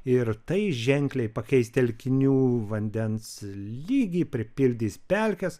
ir tai ženkliai pakeis telkinių vandens lygį pripildys pelkes